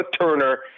Turner